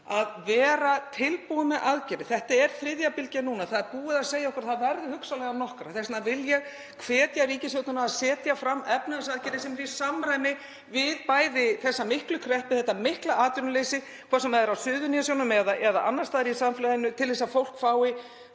að vera tilbúin með aðgerðir. Þetta er þriðja bylgjan núna. Það er búið að segja okkur að þær verði hugsanlega nokkrar. Þess vegna vil ég hvetja ríkisstjórnina til að setja fram efnahagsaðgerðir sem eru í samræmi við þessa miklu kreppu og þetta mikla atvinnuleysi, hvort sem það er á Suðurnesjum eða annars staðar í samfélaginu, til að fólk fái